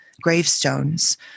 gravestones